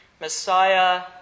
Messiah